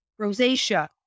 rosacea